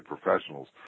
professionals